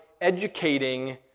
educating